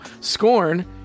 Scorn